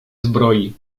zbroi